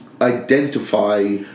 identify